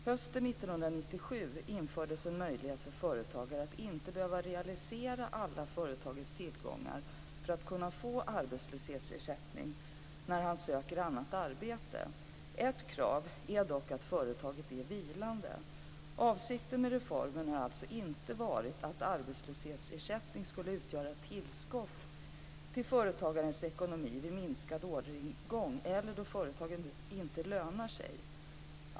Hösten 1997 infördes en möjlighet för företagare att inte behöva realisera alla företagets tillgångar för att kunna få arbetslöshetsersättning när han söker annat arbete. Ett krav är dock att företaget är vilande. Avsikten med reformen har alltså inte varit att arbetslöshetsersättning skulle utgöra ett tillskott till företagarens ekonomi vid minskad orderingång eller då företaget inte lönar sig.